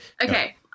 Okay